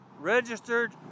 registered